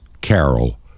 carol